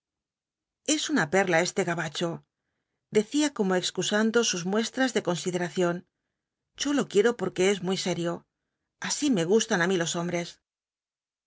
es una perla este gabacho decía como excusando sus muestras de consideración yo lo quiero porque es muy serio así me gustan á mí los hombres